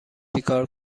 چیکار